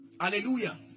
Hallelujah